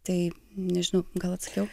tai nežinau gal atsakiau